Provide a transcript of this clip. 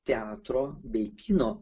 teatro bei kino